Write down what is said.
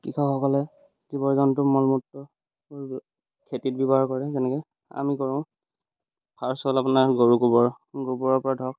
কৃষকসকলে জীৱ জন্তু মলমূত্ৰ খেতিত ব্যৱহাৰ কৰে যেনেকৈ আমি কৰোঁ ফাৰ্ষ্ট হ'ল আপোনাৰ গৰু গোবৰ গোবৰৰ পৰা ধৰক